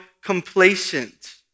complacent